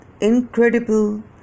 incredible